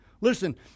Listen